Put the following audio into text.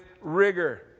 rigor